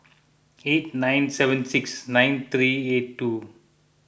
eight nine seven six nine three eight two